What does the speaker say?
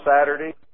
Saturday